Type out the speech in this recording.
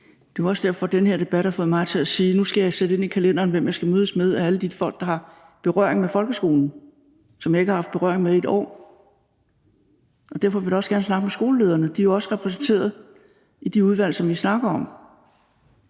Det er jo også derfor, at den her debat har fået mig til at sige: Nu skal jeg skrive ind i kalenderen, hvem jeg skal mødes med af alle de folk, der har berøring med folkeskolen, og som jeg ikke har været i kontakt med i et år. Derfor vil jeg da også gerne snakke med skolelederne. De er jo også repræsenteret i de udvalg, som vi snakker om.